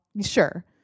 sure